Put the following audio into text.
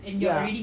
ya